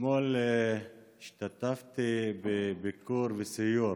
אתמול השתתפתי בביקור וסיור